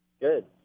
Good